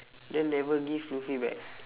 then never give lutfi back